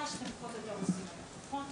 פחות או יותר מה שאתם עושים היום, נכון?